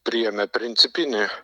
priėmė principinį